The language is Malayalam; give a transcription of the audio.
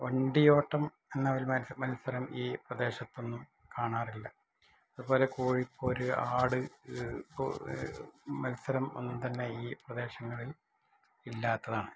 വണ്ടിയോട്ടം എന്ന ഒരു മൽസ മത്സരം ഈ പ്രദേശത്തൊന്നും കാണാറില്ല അതുപോലെ കോഴിപ്പോര് ആട് മത്സരം ഒന്നും തന്നെ ഈ പ്രദേശങ്ങളില് ഇല്ലാത്തതാണ്